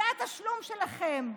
זה התשלום שלכם.